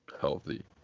healthy